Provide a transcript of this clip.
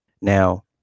Now